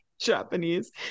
Japanese